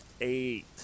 eight